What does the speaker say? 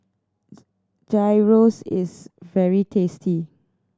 gyros is very tasty